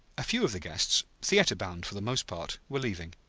a few of the guests, theater-bound, for the most part, were leaving.